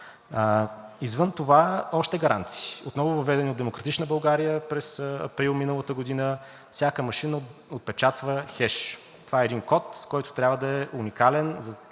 Извън това, още гаранции, отново въведени от „Демократична България” през април миналата година – всяка машина отпечатва хеш. Това е един код, който трябва да е уникален